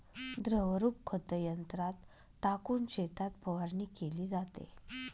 द्रवरूप खत यंत्रात टाकून शेतात फवारणी केली जाते